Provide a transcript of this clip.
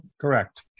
Correct